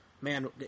man